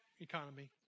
economy